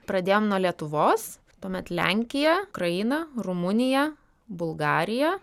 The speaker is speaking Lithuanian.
pradėjom nuo lietuvos tuomet lenkija kraina rumunija bulgarija